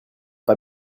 pas